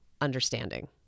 understanding